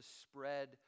spread